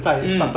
mm